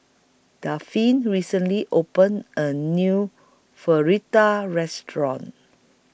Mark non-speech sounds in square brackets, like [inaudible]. Dafne recently opened A New [unintelligible] Restaurant